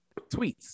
Tweets